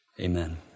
Amen